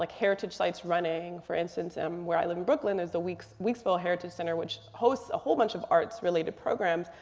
like heritage sites running. for instance, and where i live in brooklyn there's the weeksville heritage center, which hosts a whole bunch of arts related programs.